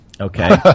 okay